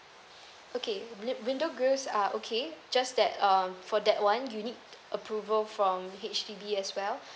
okay win~ window grills are okay just that um for that one you need approval from H_D_B as well